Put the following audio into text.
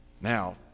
Now